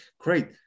great